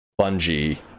Bungie